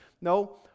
no